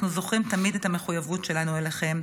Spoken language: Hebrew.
אנחנו זוכרים תמיד את המחויבות שלנו אליכם.